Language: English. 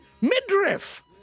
midriff